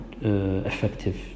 effective